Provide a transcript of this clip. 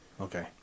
Okay